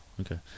okay